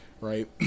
Right